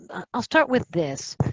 i'll start with this.